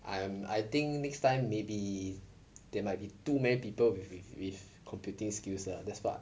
I am I think next time maybe there might be too many people with with with computing skills uh that's what